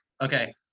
Okay